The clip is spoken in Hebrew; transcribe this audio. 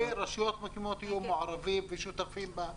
שרשויות מקומיות יהיו מעורבות ושותפות בה,